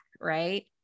Right